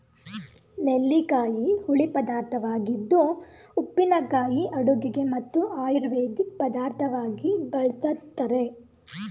ನೆಲ್ಲಿಕಾಯಿ ಹುಳಿ ಪದಾರ್ಥವಾಗಿದ್ದು ಉಪ್ಪಿನಕಾಯಿ ಅಡುಗೆಗೆ ಮತ್ತು ಆಯುರ್ವೇದಿಕ್ ಪದಾರ್ಥವಾಗಿ ಬಳ್ಸತ್ತರೆ